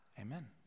Amen